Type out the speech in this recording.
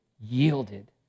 yielded